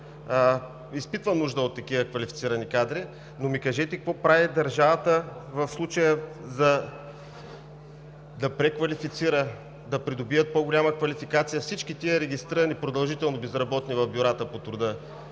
изпитва нужда от такива квалифицирани кадри, но ми кажете какво прави държавата в случая да преквалифицира, да придобият по-голяма квалификация всички регистрирани като продължително безработни в бюрата по труда?